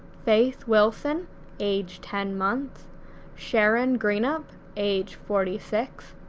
faith wilson age ten months sharon greenop age forty six,